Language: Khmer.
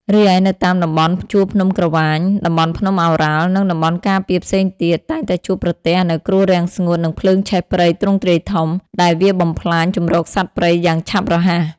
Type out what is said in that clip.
រីឯនៅតាមតំបន់ជួរភ្នំក្រវាញ តំបន់ភ្នំឱរ៉ាល់ និងតំបន់ការពារផ្សេងទៀត តែងតែជួបប្រទះនូវគ្រោះរាំងស្ងួត និងភ្លើងឆេះព្រៃទ្រង់ទ្រាយធំ ដែលវាបំផ្លាញជម្រកសត្វព្រៃយ៉ាងឆាប់រហ័ស។